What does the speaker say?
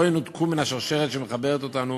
לא ינותקו מן השרשרת שמחברת אותנו